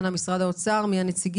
אנא, משרד האוצר, מי הנציגים?